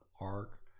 arc